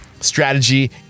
strategy